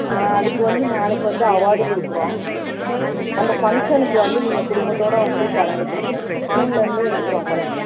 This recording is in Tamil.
அதுக்கு வந்து நாளைக்கு வந்து அவார்டு கொடுக்கறோம் அந்த ஃபங்க்ஷனுக்கு வந்து நீங்கள் குடும்பத்தோடு வந்து கலந்துக்கணும் ஸ்கூலிலேருந்து இன்ஃபார்ம் பண்